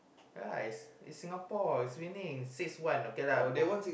guys it's Singapore it's raining six one okay lah for